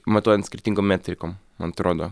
matuojant skirtingom metrikom man atrodo